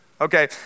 okay